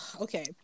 Okay